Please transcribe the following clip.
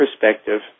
perspective